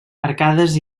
arcades